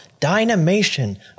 Dynamation